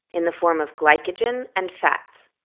in the form of glycogen and fats.